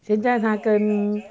现在她跟